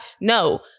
no